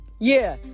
Yeah